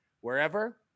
wherever